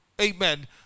amen